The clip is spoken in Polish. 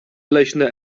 leśne